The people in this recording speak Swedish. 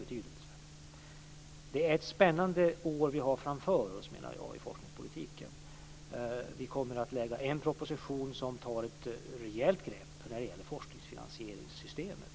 Jag menar att vi har ett spännande år framför oss i forskningspolitiken. Vi kommer att lägga fram en proposition där vi tar ett rejält grepp på forskningsfinansieringssystemet.